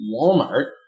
Walmart